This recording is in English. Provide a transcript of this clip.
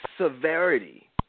severity